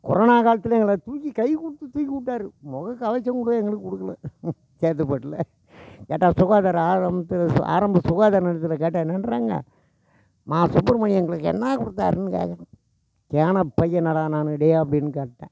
corona காலத்தில் எங்களை தூக்கி கை கொடுத்து தூக்கி விட்டாரு முகக்கவசம் கூட எங்களுக்கு கொடுக்கல சேத்துப்பட்டில் கேட்டால் சுகாதார ஆரம்பத்தில் சு ஆரம்ப சுகாதார நிலையத்தில் கேட்டால் என்னான்றாங்க மா சுப்பிரமணி எங்களுக்கு என்ன கொடுத்தாருன்னு கேட்கறேன் கேன பையனாடா நான் டேய் அப்படின்னு கேட்டேன்